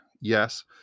Yes